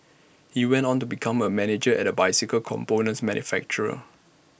he went on to become A manager at A bicycle components manufacturer